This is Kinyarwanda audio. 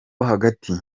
hagati